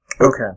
Okay